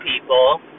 people